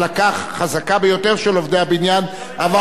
אבל רבים מהם אחרי עשר שנים נהיו קבלנים,